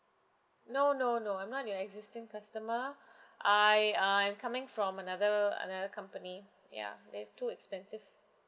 no no no I'm not your existing customer I I'm coming from another another company ya they're too expensive